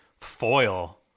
foil